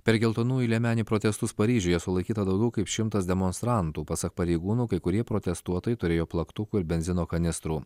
per geltonųjų liemenių protestus paryžiuje sulaikyta daugiau kaip šimtas demonstrantų pasak pareigūnų kai kurie protestuotojai turėjo plaktukų ir benzino kanistrų